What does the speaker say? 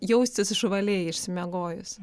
jaustis žvaliai išsimiegojus